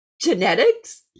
genetics